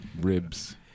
ribs